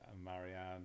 Marianne